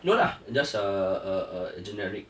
no lah just uh uh uh generic